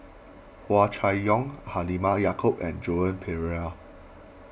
Hua Chai Yong Halimah Yacob and Joan Pereira